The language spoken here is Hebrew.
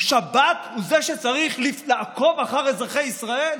שב"כ הוא זה שצריך לעקוב אחר אזרחי ישראל?